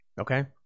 Okay